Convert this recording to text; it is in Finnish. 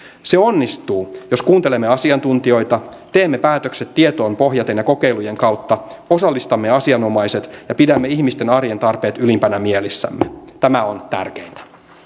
se onnistuu jos kuuntelemme asiantuntijoita teemme päätökset tietoon pohjaten ja kokeilujen kautta osallistamme asianomaiset ja pidämme ihmisten arjen tarpeet ylimpänä mielissämme tämä on tärkeintä